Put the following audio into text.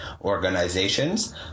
organizations